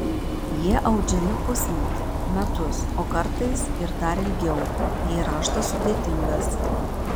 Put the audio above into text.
jie audžiami pusmetį metus o kartais ir dar ilgiau jei raštas sudėtingas